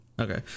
Okay